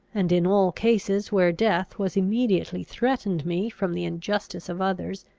and in all cases where death was immediately threatened me from the injustice of others,